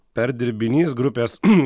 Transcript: perdirbinys grupės